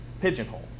pigeonhole